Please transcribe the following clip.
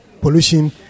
pollution